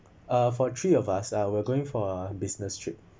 uh for three of us uh we're going for a business trip